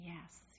Yes